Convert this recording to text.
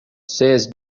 says